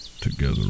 Together